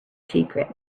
secret